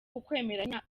ukwemera